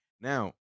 Now